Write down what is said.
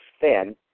thin